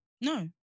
No